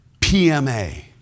PMA